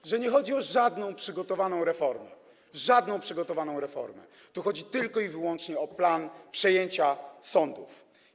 To, że tu nie chodzi o żadną przygotowaną reformę - żadną przygotowaną reformę - tu chodzi tylko i wyłącznie o plan przejęcia sądów.